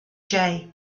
jay